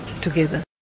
together